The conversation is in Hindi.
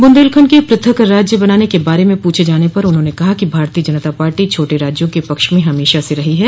बुन्देलखंड प्रथक राज्य बनाने के बारे में पूछे जाने पर उन्होंने कहा कि भारतीय जनता पार्टी छोटे राज्यों के पक्ष में हमेशा से रही है